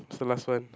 what's the last one